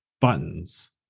buttons